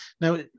Now